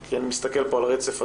כי אני מסתכל פה על רצף הזמן,